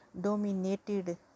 dominated